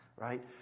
Right